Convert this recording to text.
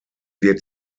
wird